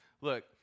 Look